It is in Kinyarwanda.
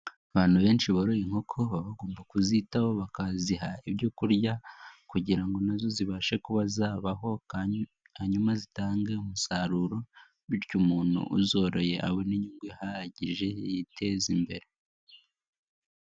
Abantu benshi boroye inkoko baba bagomba kuzitaho bakaziha ibyo kurya kugira nazo zibashe kuba zabaho hanyuma zitange umusaruro, bityo umuntu uzoroye wihagije yiteza imbere.